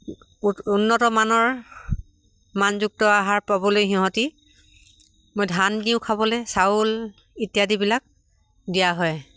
উন্নত মানৰ মানযুক্ত আহাৰ পাবলৈ সিহঁতি মই ধান দিওঁ খাবলৈ চাউল ইত্যাদিবিলাক দিয়া হয়